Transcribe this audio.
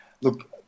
look